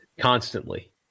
constantly